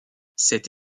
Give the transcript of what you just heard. cette